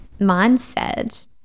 mindset